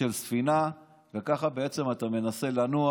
של ספינה, וככה אתה מנסה לנוע